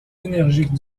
énergiques